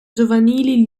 giovanili